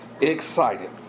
excited